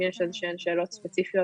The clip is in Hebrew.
אנחנו יכולים לממן את כל המרכיבים האלה,